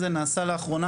זו שאלה,